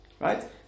Right